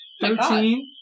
Thirteen